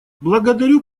благодарю